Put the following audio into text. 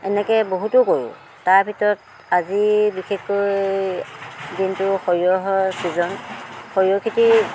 এনেকৈ বহুতো কৰোঁ তাৰ ভিতৰত আজি বিশেষকৈ দিনতো সৰিয়হৰ ছিজন সৰিয়হ খেতি